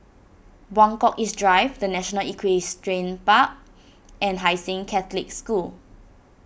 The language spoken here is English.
Buangkok East Drive the National Equestrian Park and Hai Sing Catholic School